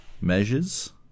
measures